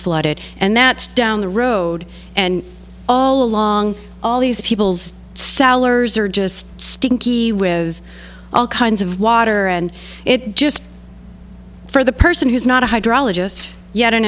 flooded and that's down the road and all along all these people's salaries are just stinky with all kinds of water and it just for the person who's not a hydrologist yet an